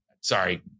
sorry